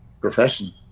profession